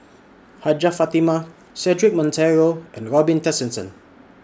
Hajjah Fatimah Cedric Monteiro and Robin Tessensohn